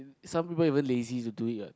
some people even lazy to do it what